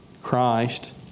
Christ